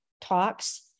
talks